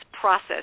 process